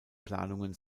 planungen